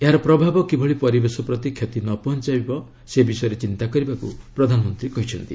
ଏହାର ପ୍ରଭାବ କିଭଳି ପରିବେଶ ପ୍ରତି କ୍ଷତି ନ ପହଞ୍ଚବ ସେ ବିଷୟରେ ଚିନ୍ତା କରିବାକୁ ପ୍ରଧାନମନ୍ତ୍ରୀ କହିଛନ୍ତି